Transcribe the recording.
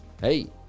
Hey